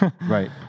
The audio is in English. Right